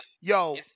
yo